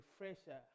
refresher